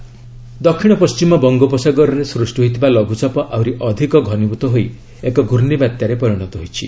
cyclonic storm ଦକ୍ଷିଣ ପଶ୍ଚିମ ବଙ୍ଗୋପସାଗରରେ ସୃଷ୍ଟି ହୋଇଥିବା ଲଘୁଚାପ ଆହୁରି ଅଧିକ ଘନୀଭୂତ ହୋଇ ଏକ ଘୂର୍ଣ୍ଣିବାତ୍ୟାରେ ପରିଣତ ହୋଇଛି